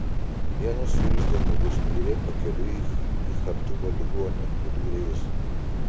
vienas sužeistas žmogus mirė pakeliui į chartumo ligonę pridūrė jis